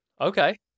Okay